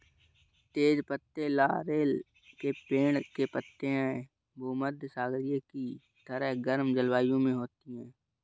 तेज पत्ते लॉरेल के पेड़ के पत्ते हैं भूमध्यसागरीय की तरह गर्म जलवायु में होती है